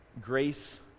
Grace